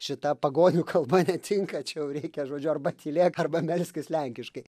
šita pagonių kalba netinka čia jau reikia žodžiu arba tylėk arba melskis lenkiškai